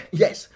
yes